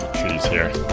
trees here.